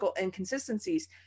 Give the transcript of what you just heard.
inconsistencies